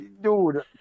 Dude